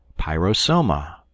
Pyrosoma